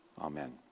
Amen